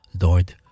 Lord